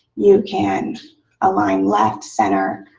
you can align left, center,